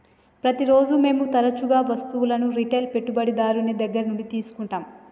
ప్రతిరోజు మేము తరచుగా వస్తువులను రిటైల్ పెట్టుబడిదారుని దగ్గర నుండి తీసుకుంటాం